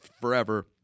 forever